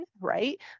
right